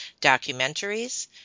documentaries